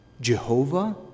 Jehovah